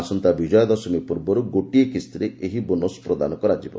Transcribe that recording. ଆସନ୍ତା ବିଜୟା ଦଶମୀ ପୂର୍ବରୁ ଗୋଟିଏ କିସ୍ତିରେ ଏହି ବୋନସ୍ ପ୍ରଦାନ କରାଯିବ